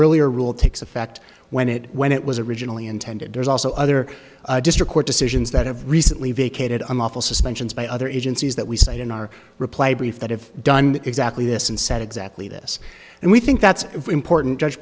earlier rule takes effect when it when it was originally intended there's also other district court decisions that have recently vacated i'm awful suspensions by other agencies that we cite in our reply brief that have done exactly this and said exactly this and we think that's important judge